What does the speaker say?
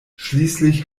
schließlich